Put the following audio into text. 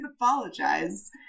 apologize